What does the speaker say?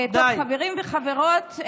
חברים וחברות,